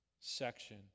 section